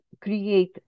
create